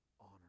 honor